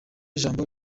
jambo